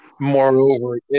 Moreover